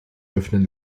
öffnen